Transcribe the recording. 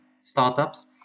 startups